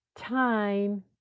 time